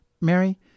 Mary